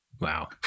Wow